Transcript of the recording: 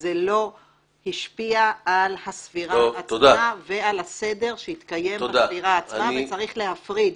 זה לא השפיע על הספירה עצמה ועל הסדר שהתקיים בספירה עצמה וצריך להפריד,